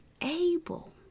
able